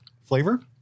flavor